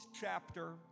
chapter